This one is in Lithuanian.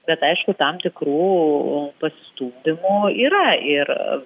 bet aišku tam tikrų pasistumdymų yra ir